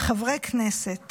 חברי כנסת